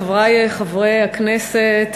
חברי חברי הכנסת,